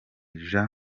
jean